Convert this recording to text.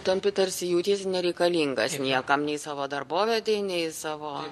tampi tarsi jautiesi nereikalingas niekam nei savo darbovietei nei savo